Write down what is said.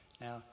Now